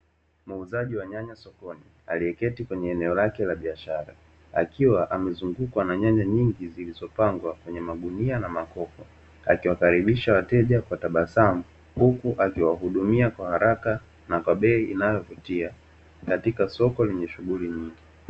Muuzaji wa nyanya sokoni aliyeketi kwenye eneo lake la biashara, akiwa amezungukwa na nyanya nyingi zilizopangwa kwenye magunia na makopo, akiwakaribisha wateja kwa tabasamu huku akiwahudumia kwa haraka na kwa bei inayovutia katika soko lenye shughuli nyingi.